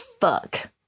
fuck